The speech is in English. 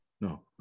No